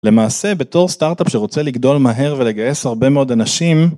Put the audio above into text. למעשה בתור סטארט-אפ שרוצה לגדול מהר ולגייס הרבה מאוד אנשים.